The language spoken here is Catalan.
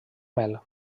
mel